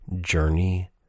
journey